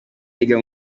yiga